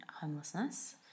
homelessness